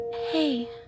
Hey